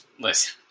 listen